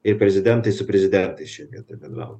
ir prezidentai su prezidentais šioj vietoj bendraut